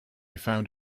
found